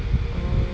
oh